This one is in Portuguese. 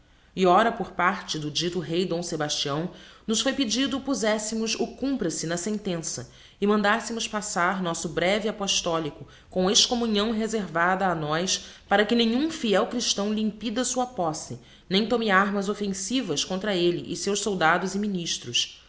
e hora por parte do dito rey d sebastião nos foi pedido pozessemos o cumpra se na sentença e mandassemos passar nosso breve appostolico com excommunhão rezervada a nós para que nenhum fiel christaõ lhe impida sua posse nem tome armas offensivas contra elle e seus soldados e ministros